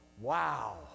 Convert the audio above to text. wow